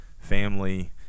family